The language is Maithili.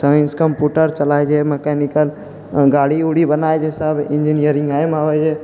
साइन्स कम्प्यूटर चलाइ जे मैकेनिकल गाड़ी उड़ी बनाइ जेहिसभ इन्जियरिंगमे अबैए